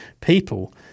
people